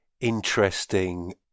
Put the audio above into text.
interesting